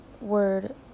word